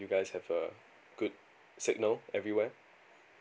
you guys have a good signal everywhere